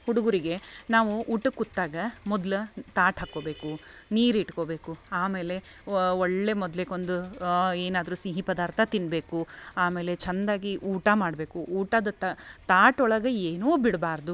ಹುಡುಗುರಿಗೆ ನಾವು ಊಟಕ್ಕೆ ಕುತ್ತಾಗ ಮೊದ್ಲ ತಾಟ್ ಹಾಕ್ಕೊಬೇಕು ನೀರು ಇಟ್ಕೊಬೇಕು ಆಮೇಲೆ ಒಳ್ಳೆಯ ಮೊದ್ಲೆಕೊಂದು ಏನಾದರು ಸಿಹಿ ಪದಾರ್ಥ ತಿನ್ನಬೇಕು ಆಮೇಲೆ ಚಂದಗಿ ಊಟ ಮಾಡಬೇಕು ಊಟದ ತಾಟೊಳಗ ಏನೂ ಬಿಡ್ಬಾರದು